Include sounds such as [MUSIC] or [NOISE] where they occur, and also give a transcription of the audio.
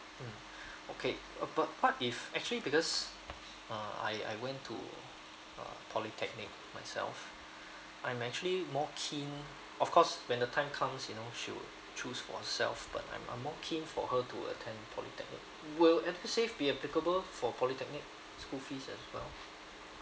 [BREATH] okay uh but what if actually because uh I I went to uh polytechnic myself I'm actually more keen of course when the time comes you know she will choose for herself but I'm uh more keen for her to attend polytechnic will edusave be applicable for polytechnic school fees as well